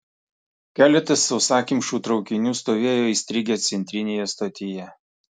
keletas sausakimšų traukinių stovėjo įstrigę centrinėje stotyje